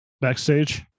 backstage